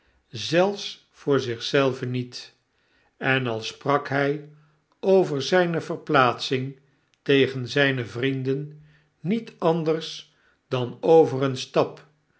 zelfs voor zich zelven niet en al sprak hy over zyne verplaatsing tegen zyne vrienden niet anders dan over een stap